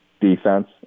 defense